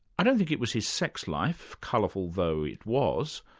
i don't think it was his sex life, colourful though it was,